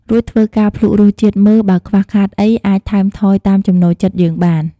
រួចធ្វើការភ្លក្សរសជាតិមើលបើខ្វះខាតអីអាចថែមថយតាមចំណូលចិត្តយើងបាន។